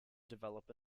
develop